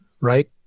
right